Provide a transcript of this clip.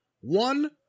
one